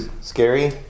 Scary